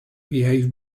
behave